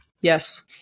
Yes